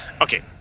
okay